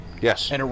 Yes